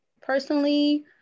personally